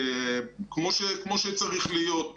כמו שצריך להיות.